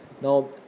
Now